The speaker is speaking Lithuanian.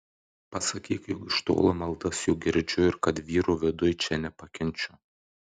pasakyk jog iš tolo maldas jų girdžiu ir kad vyrų viduj čia nepakenčiu